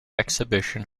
exhibition